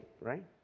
right